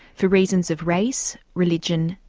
for reasons of race, religion,